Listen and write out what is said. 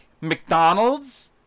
McDonald's